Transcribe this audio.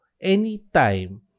anytime